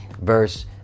verse